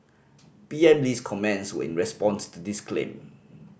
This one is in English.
P M Lee's comments were in response to this claim